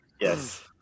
Yes